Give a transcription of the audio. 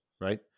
right